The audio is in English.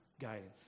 guidance